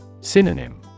Synonym